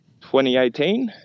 2018